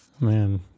man